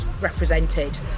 represented